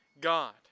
God